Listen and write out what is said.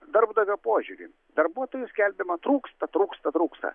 darbdavio požiūrį darbuotojų skelbiama trūksta trūksta trūksta